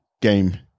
game